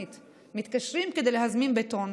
אנשים מתקשרים כדי להזמין בטון